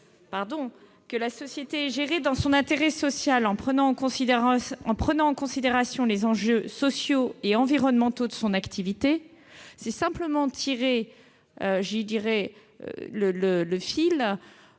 que « la société est gérée dans son intérêt social, en prenant en considération les enjeux sociaux et environnementaux de son activité », c'est simplement tirer le fil